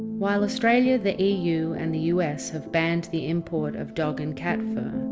while australia, the eu and the us have banned the import of dog and cat fur,